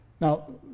Now